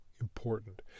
important